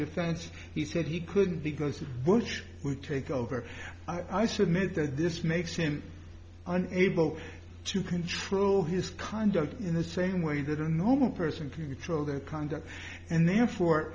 defense he said he couldn't because bush would take over i submit that this makes him an able to control his conduct in the same way that a normal person can control their conduct and therefore